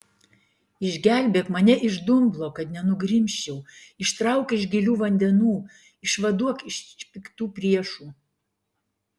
išgelbėk mane iš dumblo kad nenugrimzčiau ištrauk iš gilių vandenų išvaduok iš piktų priešų